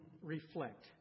reflect